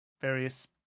various